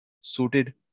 suited